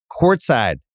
courtside